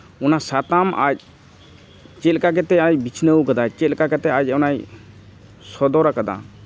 ᱚᱱᱟ ᱥᱟᱛᱟᱢ ᱟᱡ ᱪᱮᱫ ᱞᱮᱠᱟ ᱠᱟᱛᱮᱫ ᱟᱡ ᱵᱤᱪᱷᱱᱟᱹᱣ ᱠᱟᱫᱟᱭ ᱪᱮᱫ ᱞᱮᱠᱟ ᱠᱟᱛᱮᱫ ᱟᱡ ᱚᱱᱟᱭ ᱥᱚᱫᱚᱨ ᱠᱟᱫᱟ